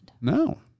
No